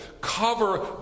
cover